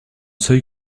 seuil